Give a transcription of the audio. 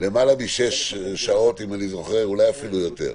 למעלה משש שעות, ואולי אפילו יותר,